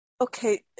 Okay